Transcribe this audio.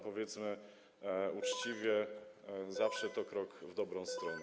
Powiedzmy uczciwie, zawsze to krok w dobrą stronę.